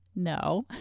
No